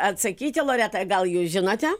atsakyti loreta gal jūs žinote